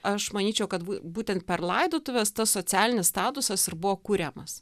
aš manyčiau kad būtent per laidotuves tas socialinis statusas ir buvo kuriamas